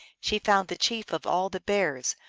she found the chief of all the bears,